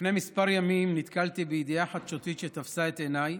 לפני כמה ימים נתקלתי בידיעה חדשותית שתפסה את עיניי.